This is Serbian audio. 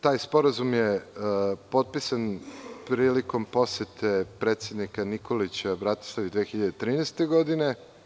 Taj sporazum je potpisan prilikom posete predsednika Nikolića Bratislavi 2013. godine.